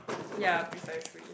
ya precisely